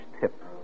tip